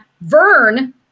Vern